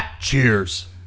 cheers